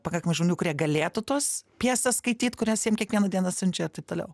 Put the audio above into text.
pakankamai žmonių kurie galėtų tos pjesės skaityt kurias jiem kiekvieną dieną siunčia ir taip toliau